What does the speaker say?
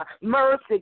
Mercy